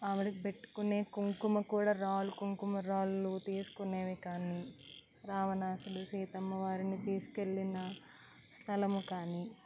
ఆవిడకు పెట్టుకునే కుంకుమ కూడా రాళ్ళు కుంకుమ రాళ్ళు తీసుకునేవి కానీ రావణాసురుడు సీతమ్మవారిని తీసుకు వెళ్ళిన స్థలము కానీ